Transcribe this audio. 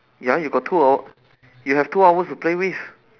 ya you got two hour you have two hours to play with